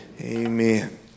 amen